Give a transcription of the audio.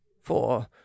For